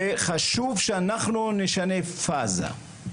חשוב שאנחנו נשנה פאזה,